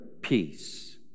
peace